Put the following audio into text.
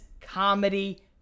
comedy